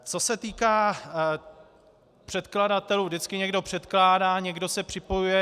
Co se týká předkladatelů, vždycky někdo předkládá a někdo se připojuje.